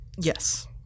yes